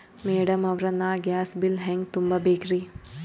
Madam ಅವ್ರ, ನಾ gas bill ಹೆಂಗ ತುಂಬಾ ಬೇಕ್ರಿ?